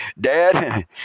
Dad